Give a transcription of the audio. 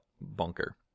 bunker